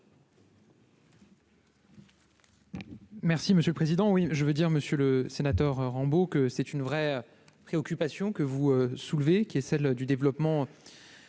monsieur le Président, oui, je veux dire, Monsieur le Sénateur, Rambo, que c'est une vraie préoccupation que vous soulevez, qui est celle du développement